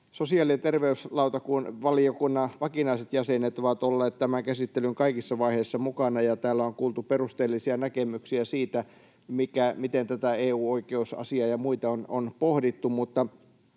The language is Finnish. Sosiaali- ja terveysvaliokunnan vakinaiset jäsenet ovat olleet tämän käsittelyn kaikissa vaiheissa mukana, ja täällä on kuultu perusteellisia näkemyksiä siitä, miten tätä EU-oikeusasiaa ja muita on pohdittu.